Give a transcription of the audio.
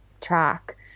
track